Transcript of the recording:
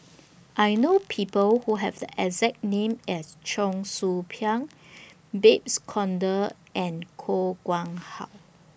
I know People Who Have The exact name as Cheong Soo Pieng Babes Conde and Koh Nguang How